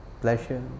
pleasure